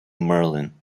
merlin